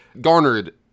garnered